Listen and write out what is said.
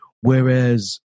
whereas